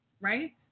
right